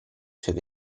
suoi